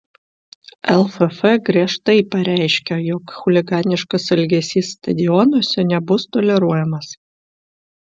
lff griežtai pareiškia jog chuliganiškas elgesys stadionuose nebus toleruojamas